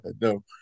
No